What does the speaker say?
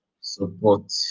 support